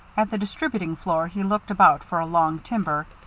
at the distributing floor he looked about for a long timber,